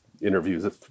interviews